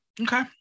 Okay